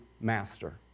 master